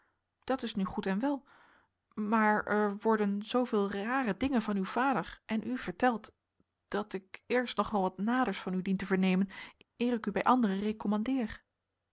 dat is nu goed en wel maar er worden zooveel rare dingen van uw vader en u verteld dat ik eerst nog wel wat naders van u dien te vernemen eer ik u bij anderen recommandeer